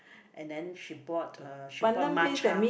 and then she bought uh she bought matcha